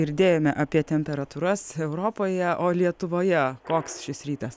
girdėjome apie temperatūras europoje o lietuvoje koks šis rytas